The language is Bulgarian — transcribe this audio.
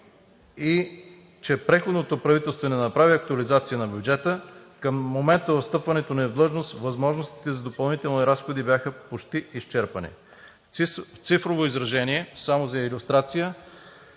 че предходното правителство не направи актуализация на бюджета, към момента на встъпването ни в длъжност възможностите за допълнителни разходи бяха почти изчерпани. В цифрово изражение, само за илюстрация,